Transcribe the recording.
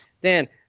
Dan